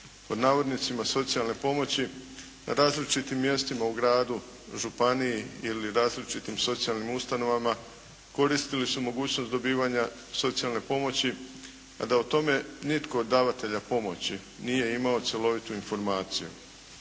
korisnici" socijalne pomoći, na različitim mjestima u gradu, županiji ili različitim socijalnim ustanovama koristili su mogućnosti dobivanja socijalne pomoći, a da o tome nitko od davatelja pomoći nije imao cjelovitu informaciju.